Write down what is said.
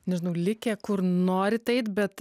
nežinau likę kur norit eit bet